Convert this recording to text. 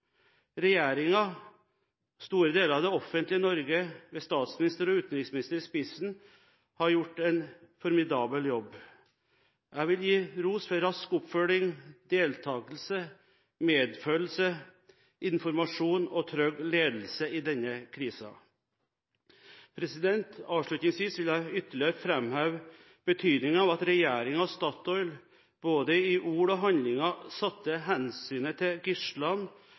store deler av det offentlige Norge med statsministeren og utenriksministeren i spissen har gjort en formidabel jobb. Jeg vil gi ros for rask oppfølging, deltakelse, medfølelse, informasjon og trygg ledelse i denne krisen. Avslutningsvis vil jeg ytterligere framheve betydningen av at regjeringen og Statoil både i ord og handlinger satte i høysetet hensynet til